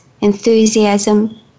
enthusiasm